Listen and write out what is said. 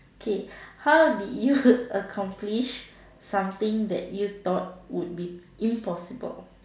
K how did you accomplish something that you thought would be impossible